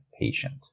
patient